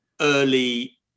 early